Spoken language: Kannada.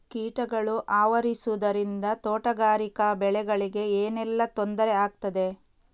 ಕೀಟಗಳು ಆವರಿಸುದರಿಂದ ತೋಟಗಾರಿಕಾ ಬೆಳೆಗಳಿಗೆ ಏನೆಲ್ಲಾ ತೊಂದರೆ ಆಗ್ತದೆ?